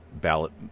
ballot